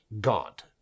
God